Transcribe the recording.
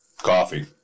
coffee